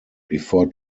before